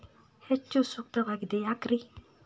ಹೆಚ್ಚು ಸೂಕ್ತವಾಗಿದೆ ಯಾಕ್ರಿ?